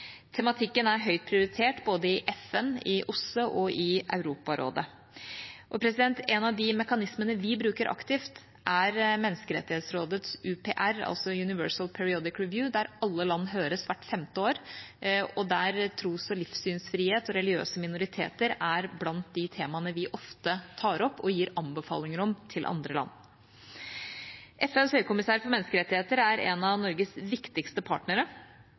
Tematikken er høyt prioritert, både i FN, i OSSE og i Europarådet. En av de mekanismene vi bruker aktivt, er Menneskerettighetsrådets UPR, altså Universal Periodic Review, der alle land høres hvert femte år, og der tros- og livssynsfrihet og religiøse minoriteter er blant de temaene vi ofte tar opp og gir anbefalinger om til andre land. FNs høykommissær for menneskerettigheter er en av Norges viktigste partnere,